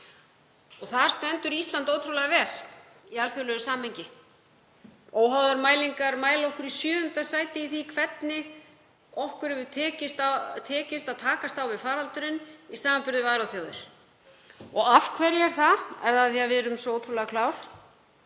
Þar stendur Ísland ótrúlega vel í alþjóðlegu samhengi. Óháðar mælingar mæla okkur í sjöunda sæti í því hvernig okkur hefur tekist að takast á við faraldurinn í samanburði við aðrar þjóðir. Af hverju er það? Er það af því að við erum svo ótrúlega klár?